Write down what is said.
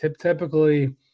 Typically